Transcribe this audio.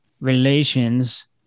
relations